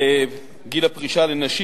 בגיל הפרישה לנשים.